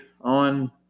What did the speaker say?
on